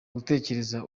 gutekereza